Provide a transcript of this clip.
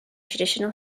traditional